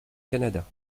canada